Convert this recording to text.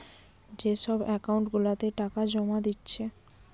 যে সব একাউন্ট গুলাতে টাকা জোমা দিচ্ছে